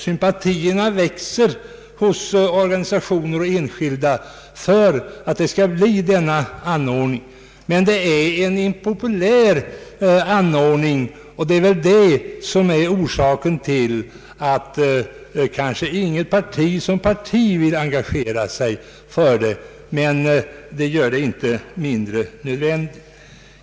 Sympatierna hos organisationer och enskilda för den föreslagna anordningen växer. Men det är en impopulär anordning, vilket väl är orsaken till att inget parti såsom parti vill engagera sig för den. Det gör den dock inte mindre nödvändig.